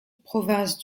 province